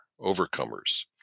overcomers